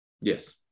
Yes